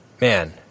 man